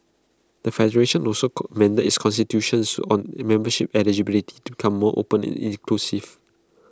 the federation also amended its constitutions on remembership eligibility to can more open and inclusive